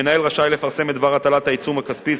המנהל רשאי לפרסם את דבר הטלת העיצום הכספי,